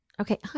okay